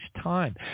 time